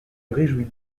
réjouis